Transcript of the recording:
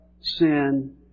sin